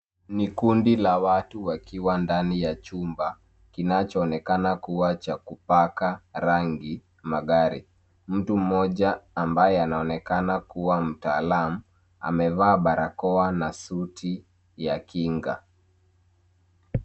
Ni kundi la watu wakiwa ndani ya chumba, kinachoonekana kuwa cha kupaka rangi magari. Mtu mmoja ambaye anaonekana kuwa mtaalamu, amevaa barakoa na suti ya kinga.